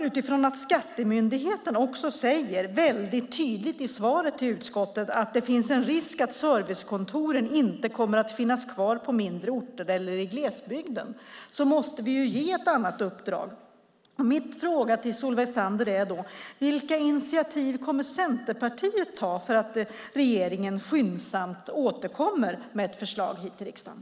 Utifrån att Skatteverket också säger väldigt tydligt i sitt svar till utskottet att det finns en risk att servicekontoren inte kommer att finnas kvar på mindre orter eller i glesbygden måste vi ge ett annat uppdrag. Min fråga till Solveig Zander är: Vilka initiativ kommer Centerpartiet att ta för att regeringen skyndsamt ska återkomma med ett förslag till riksdagen?